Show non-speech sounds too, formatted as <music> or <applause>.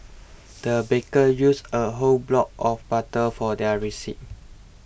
the baker used a whole block of butter for their <unintelligible>